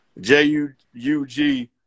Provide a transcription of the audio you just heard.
J-U-U-G